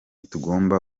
tugomba